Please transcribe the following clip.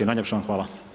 Najljepša vam hvala.